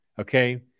okay